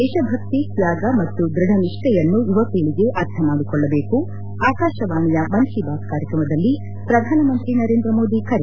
ದೇಶಭಕ್ತಿ ತ್ಯಾಗ ಮತ್ತು ದೃಢನಿಷ್ಠೆಯನ್ನು ಯುವಪೀಳಿಗೆ ಅರ್ಥಮಾಡಿಕೊಳ್ಳಬೇಕು ಆಕಾಶವಾಣಿಯ ಮನ್ ಕಿ ಬಾತ್ ಕಾರ್ಯಕ್ರಮದಲ್ಲಿ ಪ್ರಧಾನಮಂತ್ರಿ ನರೇಂದ್ರ ಮೋದಿ ಕರೆ